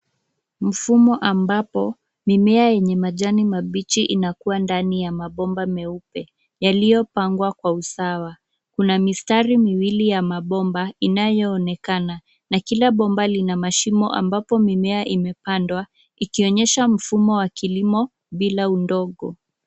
Mfumo ambapo mimea yenye majani mabichi inakua ndani ya mabomba meupe, yaliyopangwa kwa usawa. Kuna mistari miwili ya mabomba, inayoonekana, na kila bomba lina mashimo ambapo mimea imepandwa, ikionyesha mfumo wa kilimo bila udongo.